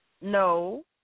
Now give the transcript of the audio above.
No